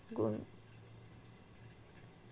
सरकार कश्या प्रकारान लोकांक आर्थिक मदत करता?